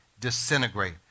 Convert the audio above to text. disintegrate